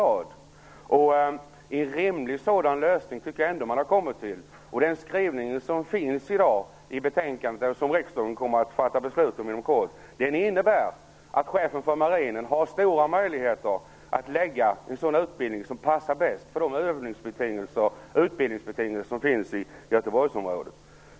Jag tycker att man har kommit fram till en rimlig sådan lösning. Den skrivning som finns i betänkandet i dag, och som riksdagen kommer att fatta beslut om inom kort, innebär att chefen för marinen har stora möjligheter att lägga en sådan utbildning, som passar bäst för de utbildningsbetingelser som finns, i Göteborgsområdet.